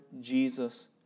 Jesus